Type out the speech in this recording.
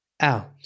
out